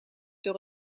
door